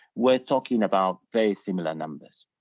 we're talking about very similar numbers.